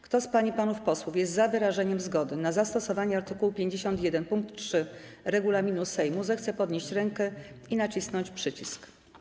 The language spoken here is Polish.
Kto z pań i panów posłów jest za wyrażeniem zgody na zastosowanie art. 51 pkt 3 regulaminu Sejmu, zechce podnieść rękę i nacisnąć przycisk.